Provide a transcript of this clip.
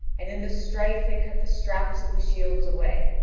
and in the strife they cut the straps of the shields away,